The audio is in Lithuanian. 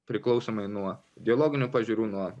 priklausomai nuo geologinių pažiūrų nuo